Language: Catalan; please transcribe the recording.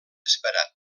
esperat